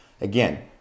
Again